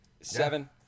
Seven